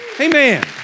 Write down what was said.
Amen